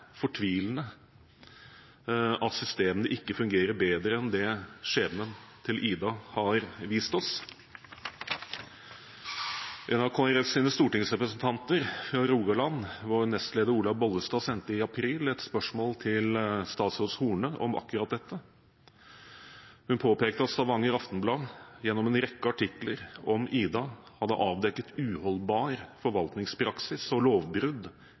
fortvilende at systemene ikke fungerer bedre enn det skjebnen til «Ida» har vist oss. En av Kristelig Folkepartis stortingsrepresentanter fra Rogaland, vår nestleder Olaug Bollestad, sendte i april et spørsmål til statsråd Horne om akkurat dette. Hun påpekte at Stavanger Aftenblad gjennom en rekke artikler om «Ida» hadde avdekket uholdbar forvaltningspraksis og lovbrudd